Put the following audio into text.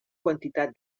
quantitat